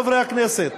חברי חברי הכנסת,